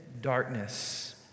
darkness